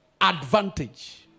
advantage